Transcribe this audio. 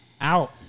out